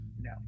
No